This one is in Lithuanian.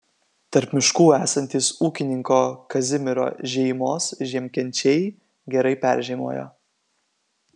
tarp miškų esantys ūkininko kazimiro žeimos žiemkenčiai gerai peržiemojo